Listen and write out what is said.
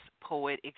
poet